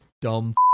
dumb